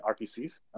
RPCs